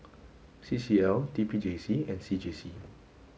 C C L T P J C and C J C